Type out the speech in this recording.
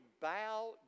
bow